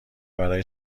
برای